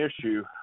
issue